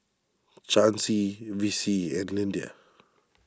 Chancey Vicie and Lyndia